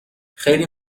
خیلی